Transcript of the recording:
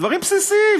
דברים בסיסיים,